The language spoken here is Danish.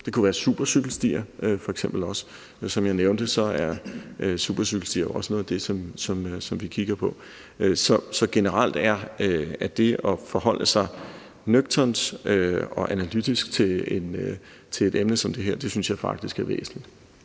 også være supercykelstier. Som jeg nævnte, er supercykelstier også noget af det, som vi kigger på. Så generelt er det at forholde sig nøgternt og analytisk til et emne som det her faktisk væsentligt.